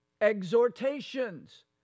exhortations